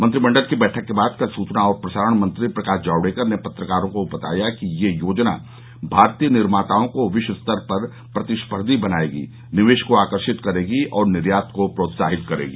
मंत्रिमंडल की बैठक के बाद कल सूचना और प्रसारण मंत्री प्रकाश जावड़ेकर ने पत्रकारों को बताया कि यह योजना भारतीय निर्माताओं को विश्व स्तर पर प्रतिस्पर्धी बनाएगी निवेश को आकर्षित करेगी और निर्यात को प्रोत्साहित करेगी